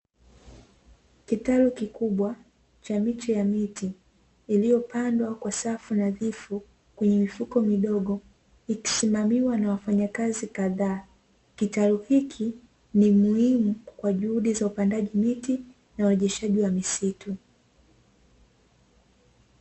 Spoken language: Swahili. Kitalu kikubwa cha miche ya miti iliyopandwa kwa safu nadhifu kwenye mifuko midogo, ikisimamiwa na wafanyakazi kadhaa. Kitalu hiki ni muhimu kwa juhudi za upandaji miti na urejeshaji wa misitu.